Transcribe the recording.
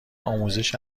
آموزش